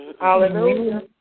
Hallelujah